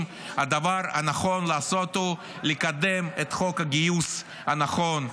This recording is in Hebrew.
הדבר הנכון לעשות הוא לקדם את חוק הגיוס הנכון,